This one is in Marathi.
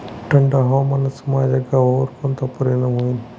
थंड हवामानाचा माझ्या गव्हावर कोणता परिणाम होईल?